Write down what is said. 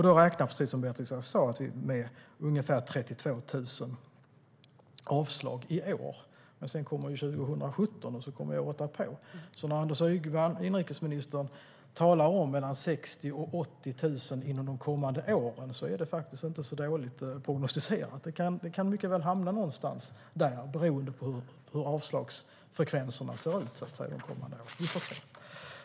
Vi räknar med att det blir, precis som Beatrice Ask sa, ungefär 32 000 avslag i år, men sedan kommer 2017 och året därpå, så när inrikesminister Anders Ygeman talar om 60 000-80 000 de kommande åren är det faktiskt inte så dåligt prognostiserat. Det kan mycket väl hamna där någonstans beroende på hur avslagsfrekvenserna ser ut de kommande åren. Det får vi se.